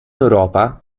europa